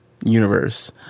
universe